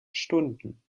stunden